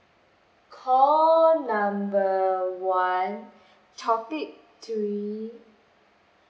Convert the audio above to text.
call number one topic three